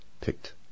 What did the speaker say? picked